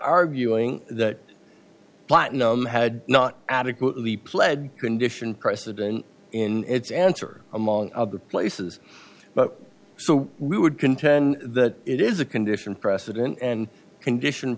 arguing that platinum had not adequately pled condition precedent in its answer among other places but so we would contend that it is a condition precedent and condition